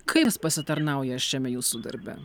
kaip tas pasitarnauja šiame jūsų darbe